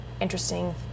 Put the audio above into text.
interesting